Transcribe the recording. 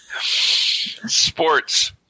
Sports